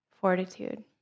fortitude